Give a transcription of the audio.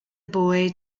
boy